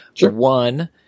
one